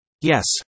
Yes